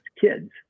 kids